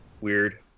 weird